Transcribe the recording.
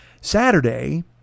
Saturday